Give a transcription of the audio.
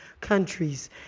countries